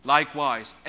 Likewise